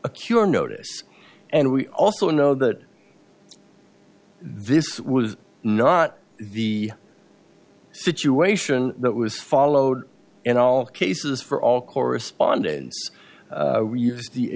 a cure notice and we also know that this was not the situation that was followed in all cases for all correspond